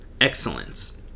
excellence